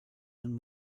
and